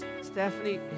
Stephanie